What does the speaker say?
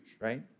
right